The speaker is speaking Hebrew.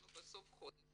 אנחנו בסוף החודש